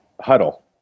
huddle